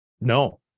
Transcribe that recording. No